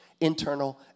internal